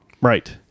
Right